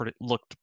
looked